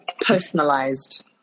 personalized